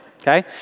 okay